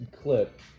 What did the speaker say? clip